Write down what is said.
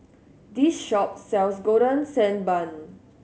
this shop sells Golden Sand Bun